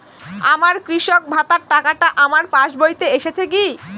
আমার কৃষক ভাতার টাকাটা আমার পাসবইতে এসেছে কি?